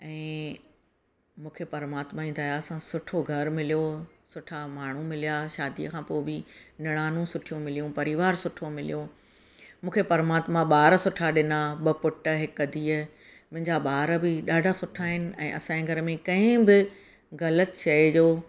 ऐं मूंखे परमात्मा जी दया सां सुठो घरु मिलियो सुठा माण्हू मिलिया शादीअ खां पोइ बि निणानूं सुठियूं मिलियूं परिवार सुठो मिलियो मूंखे परमात्मा ॿार सुठा ॾिना ॿ पुट हिक धीअ मुंहिंजा ॿार बि ॾाढा सुठा आहिनि ऐं असांजे घर में कंहिं बि ग़लत शइ जो